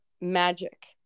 Magic